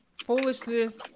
Foolishness